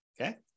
Okay